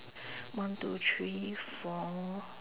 one two three four